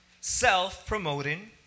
self-promoting